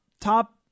top